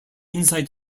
inside